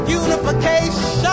unification